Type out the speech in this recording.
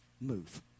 move